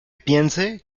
piense